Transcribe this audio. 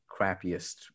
crappiest